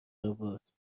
آورد